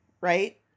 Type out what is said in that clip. right